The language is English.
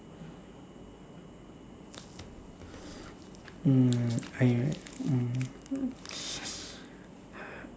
mm I mm